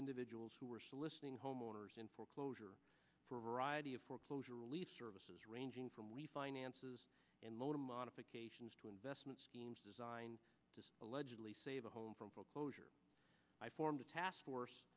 individuals who were soliciting homeowners in foreclosure for a variety of foreclosure relief services ranging from refinances and motor modifications to investment schemes designed to allegedly save a home from foreclosure i formed a task force